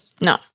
No